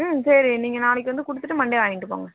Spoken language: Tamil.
ம் சரி நீங்கள் நாளைக்கு வந்து கொடுத்துட்டு மண்டே வாங்கிகிட்டு போங்க